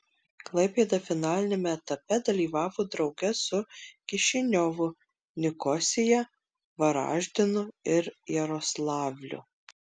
klaipėda finaliniame etape dalyvavo drauge su kišiniovu nikosija varaždinu ir jaroslavliu